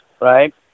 right